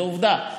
זו עובדה.